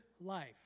life